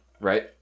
Right